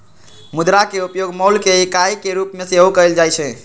मुद्रा के उपयोग मोल के इकाई के रूप में सेहो कएल जाइ छै